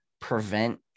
prevent